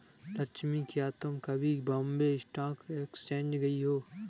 लक्ष्मी, क्या तुम कभी बॉम्बे स्टॉक एक्सचेंज गई हो?